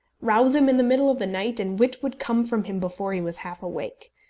rouse him in the middle of the night, and wit would come from him before he was half awake.